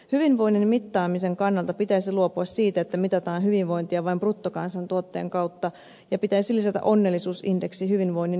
hyvinvoinnin mittaamisen kannalta pitäisi luopua siitä että mitataan hyvinvointia vain bruttokansantuotteen kautta ja pitäisi lisätä onnellisuusindeksi hyvinvoinnin mittaamiseen